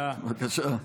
בבקשה.